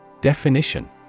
Definition